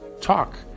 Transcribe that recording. talk